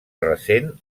recent